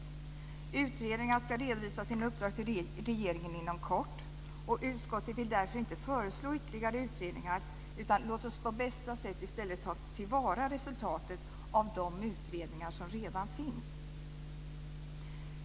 Utredningarna ska inom kort redovisa sina uppdrag. Utskottet vill därför inte föreslå ytterligare utredningar. Låt oss i stället på bästa sätt ta till vara resultatet av de utredningar som redan finns!